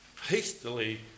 hastily